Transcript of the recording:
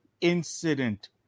incident